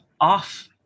off